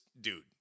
dude